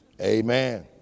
Amen